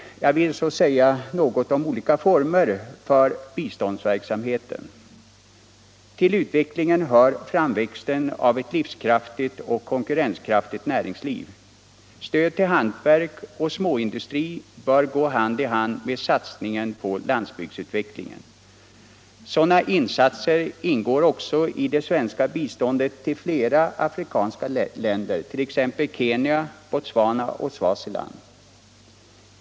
Jag vill sedan säga något om olika former för biståndsverksamheten. Till utvecklingen hör framväxten av ett livskraftigt och konkurrenskraftigt näringsliv. Stöd till hantverk och småindustri bör gå hand i hand med satsningen på landsbygdsutvecklingen. Sådana insatser ingår också i det svenska biståndet till flera afrikanska länder, t.ex. Kenya, Botswana och Swaziland.